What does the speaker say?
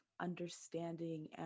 understanding